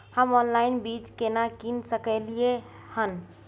हम ऑनलाइन बीज केना कीन सकलियै हन?